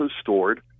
stored